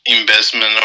investment